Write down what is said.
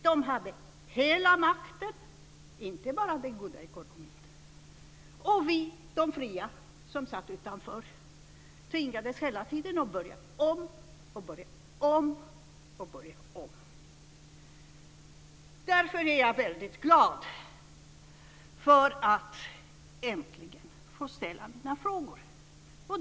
De hade hela makten inte bara över ekonomin. Vi - de fria som satt utanför - tvingades hela tiden att börja om. Därför är jag väldigt glad över att äntligen få ställa mina frågor.